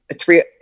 three